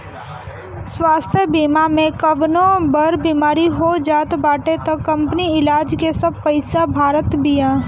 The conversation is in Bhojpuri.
स्वास्थ्य बीमा में कवनो बड़ बेमारी हो जात बाटे तअ कंपनी इलाज के सब पईसा भारत बिया